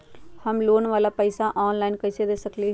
हम लोन वाला पैसा ऑनलाइन कईसे दे सकेलि ह?